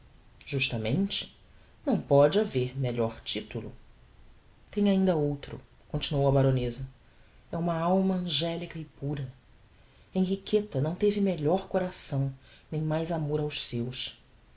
justamente não pode haver melhor titulo tem ainda outro continuou a baroneza é uma alma angélica e pura henriqueta não teve melhor coração nem mais amor aos seus